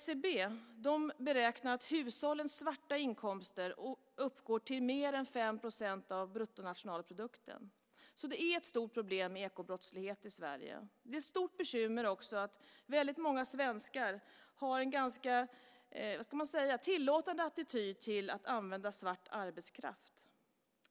SCB beräknar att hushållens svarta inkomster uppgår till mer än 5 % av bruttonationalprodukten. Så det är ett stort problem med ekobrottslighet i Sverige. Det är ett stort bekymmer också att väldigt många svenskar har en ganska tillåtande attityd till att använda svart arbetskraft.